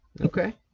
okay